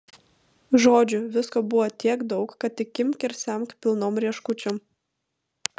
žodžiu visko buvo tiek daug kad tik imk ir semk pilnom rieškučiom